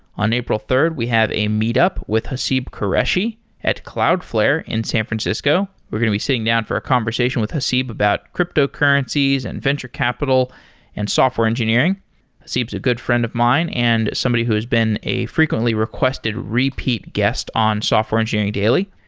on april third we have a meet up with haseeb qureshi at cloudflare in san francisco. we're going to be sitting down for a conversation with haseeb about cryptocurrencies and venture capital and software engineering haseeb is a good friend of mine and somebody who has been a frequently requested repeat guest on software engineering daily.